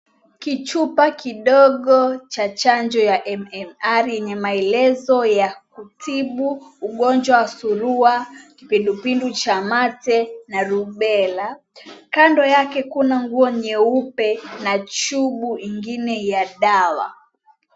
Kichupa kidogo cha chanjo ya MMR yenye maelezeo ya kutibu ugonjwa suruwa, kipindupindu cha mate na rubella, kando yake kuna nguo nyeupe na tyubu ingine ya dawa.